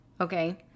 Okay